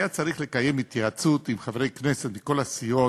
היה צריך לקיים התייעצות עם חברי כנסת מכל הסיעות,